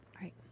Right